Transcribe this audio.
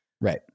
Right